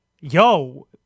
yo